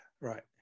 right